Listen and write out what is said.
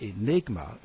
enigma